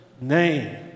name